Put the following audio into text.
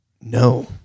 No